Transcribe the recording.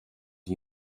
the